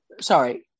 sorry